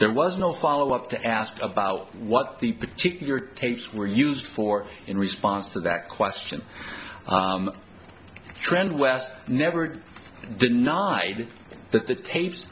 there was no follow up to ask about what the particular tapes were used for in response to that question trend west never denied that the tapes